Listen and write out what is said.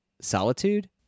solitude